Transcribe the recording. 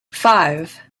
five